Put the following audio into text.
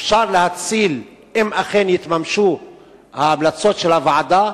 אפשר להציל, אם אכן יתממשו ההמלצות של הוועדה,